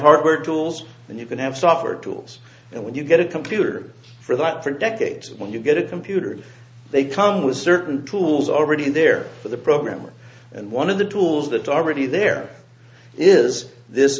hardware tools and you can have software tools and when you get a computer for that for decades when you get a computer they come with certain tools already in there for the programmer and one of the tools that already there is this